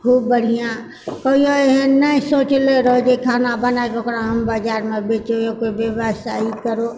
खूब बढ़िआँ कहियो एहन नहि सोचले रहौ जे खाना बनाए कऽ ओकरा हम बजारमे बेचइयो कऽ व्यवसाय करो